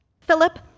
Philip